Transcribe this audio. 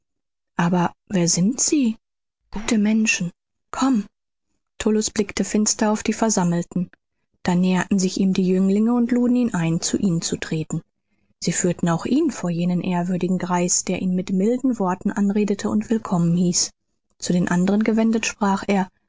aber wer sind sie gute menschen komm tullus blickte finster auf die versammelten da näherten sich ihm die jünglinge und luden ihn ein zu ihnen zu treten sie führten auch ihn vor jenen ehrwürdigen greis der ihn mit milden worten anredete und willkommen hieß zu den anderen gewendet sprach er